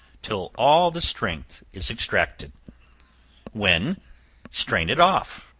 till all the strength is extracted when strain it off,